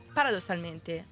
paradossalmente